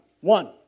One